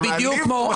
אתה מעליב או מחמיא?